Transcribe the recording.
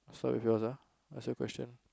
so yours ah ask you a question